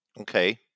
Okay